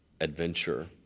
adventure